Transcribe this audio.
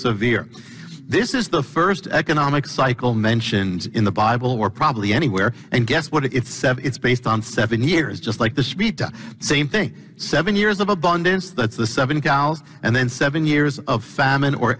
severe this is the first economic cycle mentioned in the bible or probably anywhere and guess what if it's based on seven years just like the same thing seven years of abundance that's the seven gals and then seven years of famine or